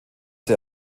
der